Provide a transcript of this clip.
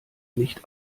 nicht